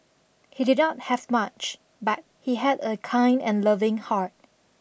he did not have much but he had a kind and loving heart